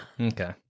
Okay